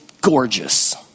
gorgeous